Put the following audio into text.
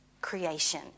creation